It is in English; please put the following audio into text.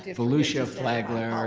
volusia flagler i